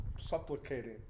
supplicating